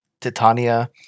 Titania